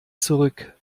zurück